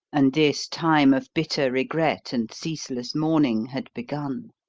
and this time of bitter regret and ceaseless mourning had begun.